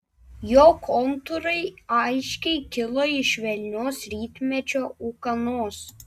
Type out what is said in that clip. jo kontūrai aiškiai kilo iš švelnios rytmečio ūkanos